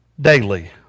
daily